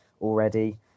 already